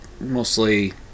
Mostly